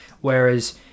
Whereas